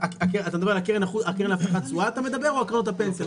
אתה מדבר על הקרן להבטחת התשואה או קרנות הפנסיה?